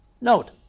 Note